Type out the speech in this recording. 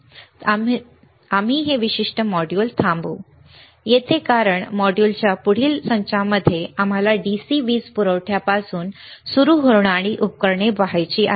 तर आम्ही हे विशिष्ट मॉड्यूल थांबवू बरोबर येथे कारण मॉड्यूलच्या पुढील संचामध्ये आम्हाला DC वीज पुरवठ्यापासून सुरू होणारी उपकरणे पाहायची आहेत